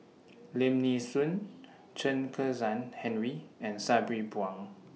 Lim Nee Soon Chen Kezhan Henri and Sabri Buang